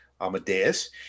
Amadeus